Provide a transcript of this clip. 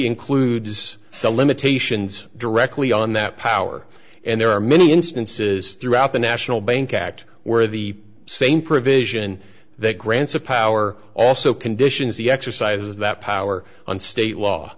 includes the limitations directly on that power and there are many instances throughout the national bank act where the same provision that grants of power also conditions the exercise of that power on state law